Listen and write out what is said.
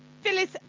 Phyllis